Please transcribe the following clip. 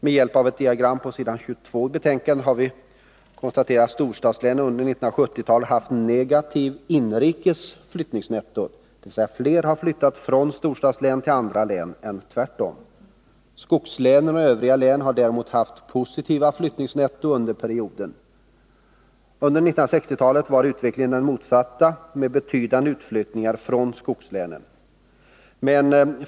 Med hjälp av ett diagram på s. 22 i betänkandet kan vi också konstatera att storstadslänen under 1970-talet haft negativa inrikes flyttningsnetton, dvs. fler har flyttat från storstadslänen till andra län än tvärtom. Skogslänen och övriga län har däremot haft positiva flyttningsnetton under perioden. Under 1960-talet var utvecklingen den motsatta med betydande utflyttningar från skogslänen.